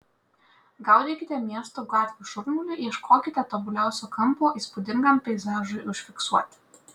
gaudykite miesto gatvių šurmulį ieškokite tobuliausio kampo įspūdingam peizažui užfiksuoti